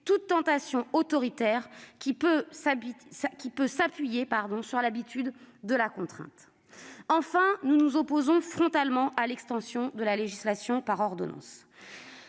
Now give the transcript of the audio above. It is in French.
toute tentation autoritaire, qui peut s'appuyer sur l'habitude de la contrainte. Enfin, nous nous opposons frontalement à l'extension de la législation par ordonnances.